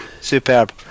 Superb